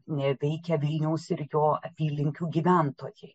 veikia vilniaus ir jo apylinkių gyventojai